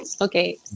okay